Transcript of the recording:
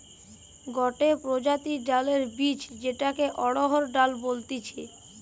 গটে প্রজাতির ডালের বীজ যেটাকে অড়হর ডাল বলতিছে